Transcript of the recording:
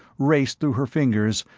raced through her fingers,